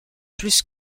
plus